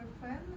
friend